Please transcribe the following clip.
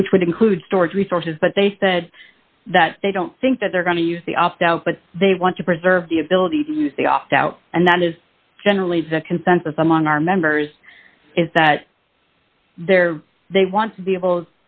which would include storage resources but they said that they don't think that they're going to use the opt out but they want to preserve the ability to use the opt out and that is generally the consensus among our members is that they're they want to be able